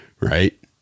Right